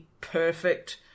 perfect